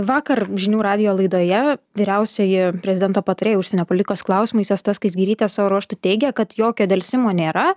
vakar žinių radijo laidoje vyriausioji prezidento patarėja užsienio politikos klausimais asta skaisgirytė savo ruožtu teigė kad jokio delsimo nėra